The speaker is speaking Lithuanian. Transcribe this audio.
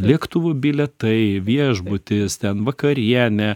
lėktuvų bilietai viešbutis ten vakarienė